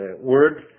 word